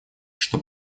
что